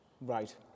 right